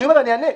אני אענה.